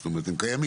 זאת אומרת הם קיימים.